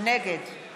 נגד